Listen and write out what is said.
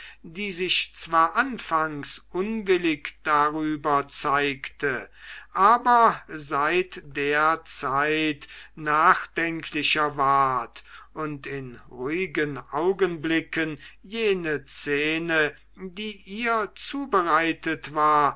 die sich zwar anfangs unwillig darüber zeigte aber seit der zeit nachdenklicher ward und in ruhigen augenblicken jene szene die ihr zubereitet war